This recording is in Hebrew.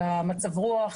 על מצב הרוח,